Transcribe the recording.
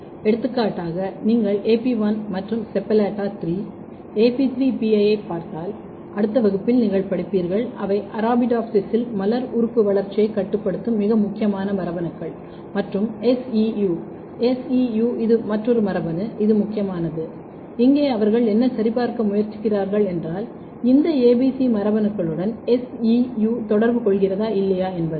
எடுத்துக்காட்டாக நீங்கள் AP1 மற்றும் SEPALLATA3 AP3 PI ஐப் பார்த்தால் அடுத்த வகுப்பில் நீங்கள் படிப்பீர்கள் அவை அரபிடோப்சிஸ் இல் மலர் உறுப்பு வளர்ச்சியைக் கட்டுப்படுத்தும் மிக முக்கியமான மரபணுக்கள் மற்றும் SEU S E U இது மற்றொரு மரபணு இது முக்கியமானது இங்கே அவர்கள் என்ன சரிபார்க்க முயற்சிக்கிறார்கள் என்றால் இந்த ஏபிசி மரபணுக்களுடன் SEU தொடர்பு கொள்கிறதா இல்லையா என்பதை